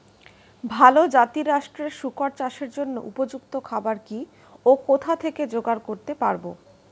ভালো জাতিরাষ্ট্রের শুকর চাষের জন্য উপযুক্ত খাবার কি ও কোথা থেকে জোগাড় করতে পারব?